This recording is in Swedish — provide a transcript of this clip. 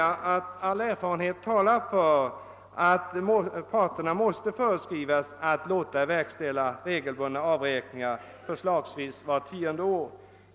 AU erfarenhet talar för att man måste föreskriva skyldighet för parterna att låta verkställa regelbundna avräkningar, förslagsvis vart tionde år.